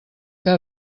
que